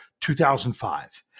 2005